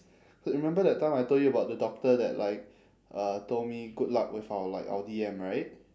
so remember that time I told you about the doctor that like uh told me good luck with our like our D_M right